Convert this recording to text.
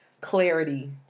clarity